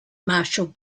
marshall